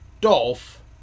Dolph